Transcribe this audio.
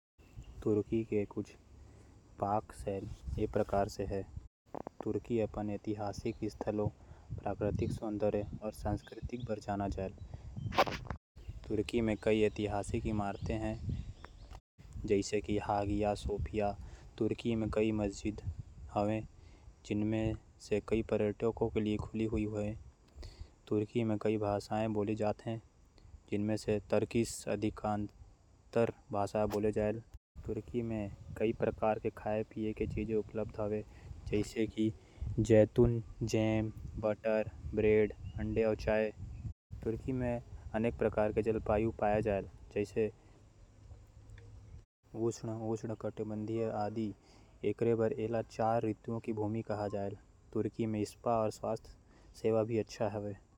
तुर्की व्यंजन म बहुत अकन मांस। सब्जी, दाल, चाउर, अउ। मसाला के उपयोग करे जाथे। तुर्की व्यंजन म भूमध्यसागरीय मध्य पूर्वी। मध्य एशियाई अउ बाल्कन व्यंजन के तत्व शामिल हावयं। तुर्की के कुछ लोकप्रिय व्यंजन ये हावयं। तुर्की भरवां बेल के पत्ता यालांसी डोलमा। भरवां घंटी मिर्च लगाये गे हावय।